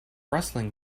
rustling